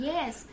Yes